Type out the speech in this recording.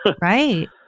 Right